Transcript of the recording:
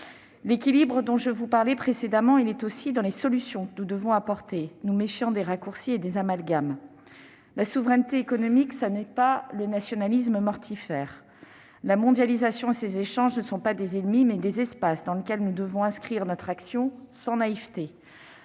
L'équilibre que j'évoquais précédemment doit aussi résider dans les solutions que nous avons à apporter, en nous méfiant des raccourcis et des amalgames. La souveraineté économique n'est pas le nationalisme mortifère ; la mondialisation et ses échanges sont, non pas des ennemis, mais des espaces dans lesquels nous devons inscrire notre action sans naïveté